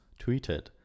tweeted